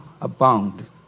abound